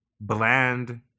bland